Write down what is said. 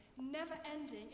never-ending